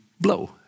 blow